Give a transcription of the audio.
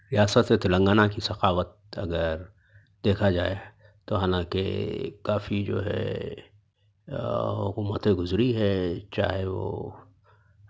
ریاستِ تلنگانا کی سخاوت اگر دیکھا جائے تو حالانکہ کافی جو ہے حکومتیں گزری ہیں چاہے وہ